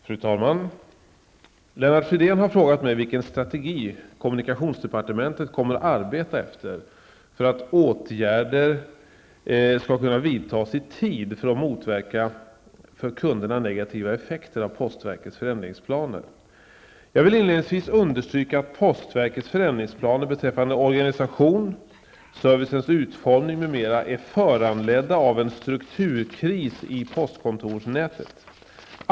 Fru talman! Lennart Fridén har frågat mig vilken strategi kommunikationsdepartementet kommer att arbeta efter för att åtgärder skall kunna vidtas i tid för att motverka för kunderna negativa effekter av postverkets förändringsplaner. Jag vill inledningsvis understryka att postverkets förändringsplaner beträffande organisation, servicens utformning m.m. är föranledda av en strukturkris i postkontorsnätet.